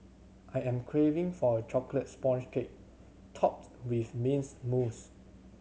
I am craving for a chocolate sponge cake topped with mints mousse